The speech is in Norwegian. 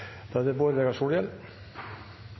Da er det